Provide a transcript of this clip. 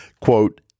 Quote